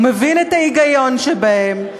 הוא מבין את ההיגיון שבהם,